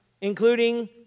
Including